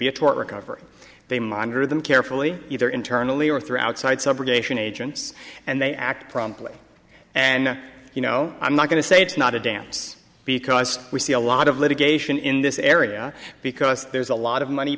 be a tort recovery they monitor them carefully either internally or through outside subrogation agents and they act promptly and you know i'm not going to say it's not a dance because we see a lot of litigation in this area because there's a lot of money